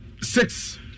six